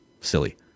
silly